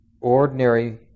ordinary